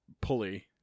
pulley